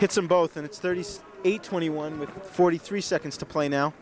some both and it's thirty eight twenty one with forty three seconds to play now